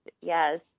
yes